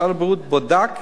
משרד הבריאות בדק